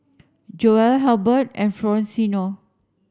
Joella Halbert and Florencio